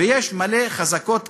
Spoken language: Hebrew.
ויש מלא חזקות כאלה.